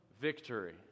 victory